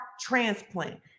transplant